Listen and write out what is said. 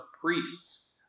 priests